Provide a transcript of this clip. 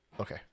Okay